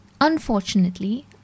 Unfortunately